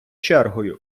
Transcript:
чергою